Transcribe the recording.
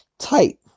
tight